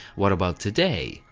what about today?